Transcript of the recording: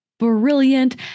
brilliant